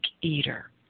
eater